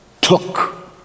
took